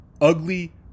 ugly